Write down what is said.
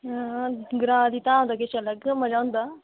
आं ग्रां दी धाम दा किश अलग गै मज़ा होंदा